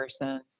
person